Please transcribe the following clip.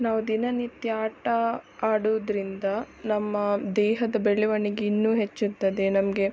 ನಾವು ದಿನನಿತ್ಯ ಆಟ ಆಡುದ್ರಿಂದ ನಮ್ಮ ದೇಹದ ಬೆಳವಣಿಗೆ ಇನ್ನೂ ಹೆಚ್ಚುತ್ತದೆ ನಮಗೆ